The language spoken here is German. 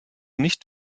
nicht